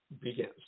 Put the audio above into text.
begins